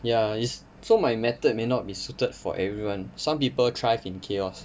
ya it's so my method may not be suited for everyone some people thrive in chaos